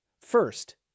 First